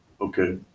Okay